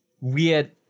weird